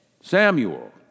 Samuel